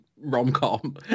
rom-com